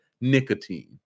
nicotine